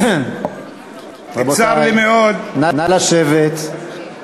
צר לי מאוד, רבותי, נא לשבת.